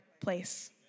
place